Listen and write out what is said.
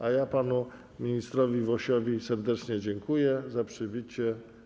A ja panu ministrowi Wosiowi serdecznie dziękuję za przybycie.